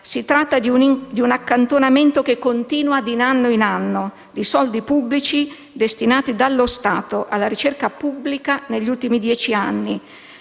Si tratta di un accantonamento, che continua di anno in anno, di soldi pubblici destinati dallo Stato alla ricerca pubblica negli ultimi dieci anni.